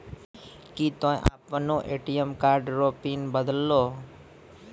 की तोय आपनो ATM card रो पिन बदलहो